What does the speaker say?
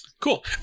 Cool